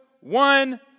one